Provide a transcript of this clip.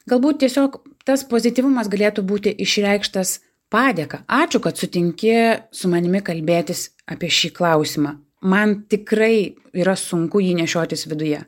galbūt tiesiog tas pozityvumas galėtų būti išreikštas padėka ačiū kad sutinki su manimi kalbėtis apie šį klausimą man tikrai yra sunku jį nešiotis viduje